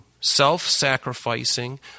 self-sacrificing